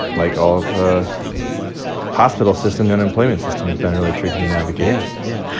like, all of the hospital system the unemployment system has been really tricky to navigate yeah. yeah.